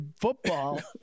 football